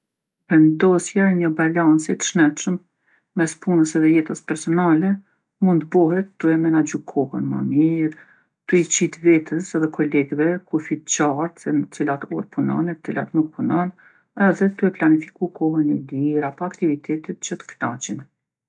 Vendosja e një balanci t'shnetshëm me spunës edhe jetës personale mund t'bohet tu e menaxhu kohë ma mirë, tu i qit vetës edhe kolegve kufi t'qartë se në cilat orë punon e cilat nuk punon edhe tu e planifiku kohën e lirë apo aktivitetet që t'knaqin.